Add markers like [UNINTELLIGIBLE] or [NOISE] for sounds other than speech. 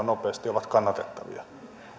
[UNINTELLIGIBLE] nopeasti ovat kannatettavia